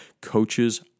Coaches